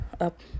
up